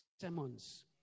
sermons